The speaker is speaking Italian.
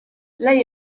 lei